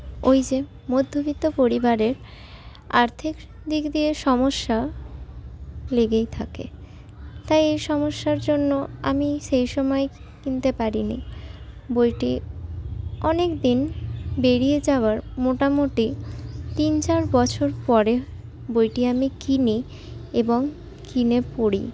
ওই যে মধ্যবিত্ত পরিবারে আর্থিক দিক দিয়ে সমস্যা লেগেই থাকে তাই এই সমস্যার জন্য আমি সেই সময়ে কিনতে পারিনি বইটি অনেকদিন বেরিয়ে যাওয়ার মোটামুটি তিন চার বছর পরে বইটি আমি কিনি এবং কিনে পড়ি